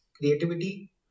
creativity